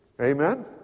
Amen